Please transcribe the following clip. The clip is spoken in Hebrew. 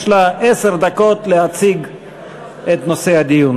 יש לה עשר דקות להציג את נושא הדיון.